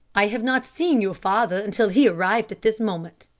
i have not seen your father until he arrived this moment,